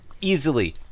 easily